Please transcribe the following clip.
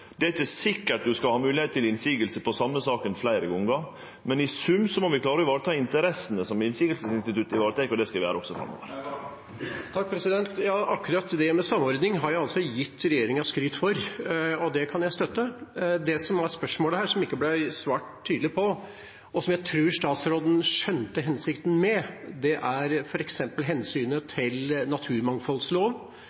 Det er ikkje sikkert ein skal ha mogelegheit til motsegn i same saka fleire gonger, men i sum må vi klare å vareta interessene som motsegnsinstituttet varetek, og det skal vi gjere. Akkurat det med samordning har jeg gitt regjeringa skryt for, og det kan jeg støtte. Det som var spørsmålet, som ikke ble svart tydelig på, og som jeg tror statsråden skjønte hensikten med, er f.eks. hensynet til naturmangfoldloven, som ofte har vært trukket inn som en negativ klamp om foten når det